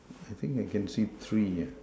I think I can see three ah